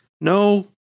no